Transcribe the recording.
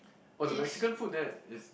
oh the Mexican food there is